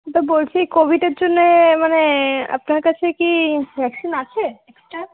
তো বলছি কোভিডের জন্যে মানে আপনার কাছে কি ভ্যাকসিন আছে এক্সট্রা